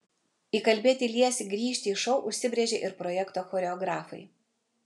įkalbėti liesį grįžti į šou užsibrėžė ir projekto choreografai